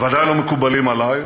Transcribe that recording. בוודאי לא מקובלים עלי,